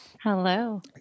Hello